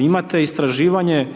Imate istraživanje